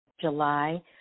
July